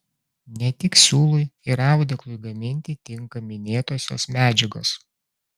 ne tik siūlui ir audeklui gaminti tinka minėtosios medžiagos